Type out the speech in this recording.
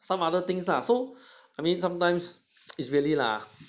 some other things lah so I mean sometimes it's really lah